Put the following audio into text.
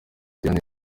diane